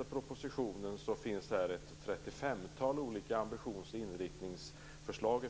I propositionen finns ca 35 olika ambitions och inriktningsförslag.